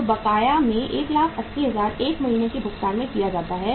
तो बकाया में 180000 1 महीने का भुगतान किया जाता है